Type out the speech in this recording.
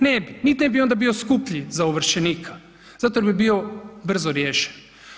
Ne bi, niti ne bi bio skuplji za ovršenika, zato jer bi bio brzo riješen.